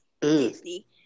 Disney